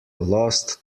lost